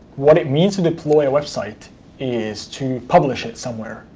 what it means to deploy a website is to publish it somewhere,